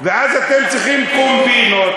ואז אתם צריכים קומבינות,